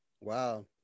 Wow